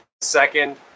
second